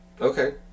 Okay